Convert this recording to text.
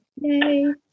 yay